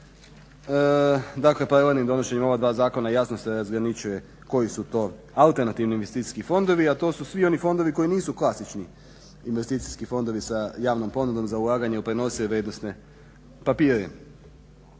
Dakle paralelnim donošenjem ova dva zakona jasno se razgraničuje koji su to alternativni investicijski fondovi, a to su svi oni fondovi koji nisu klasični investicijski fondovi sa javnom ponudom za ulaganje u prenosive vrijednosne papire.